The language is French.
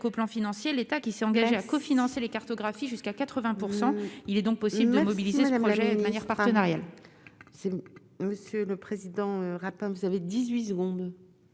au plan financier, l'État, qui s'est engagé à cofinancer les cartographies jusqu'à 80 % il est donc possible de mobiliser ses projets de manière partenariale. C'est monsieur le président, vous avez 18 secondes.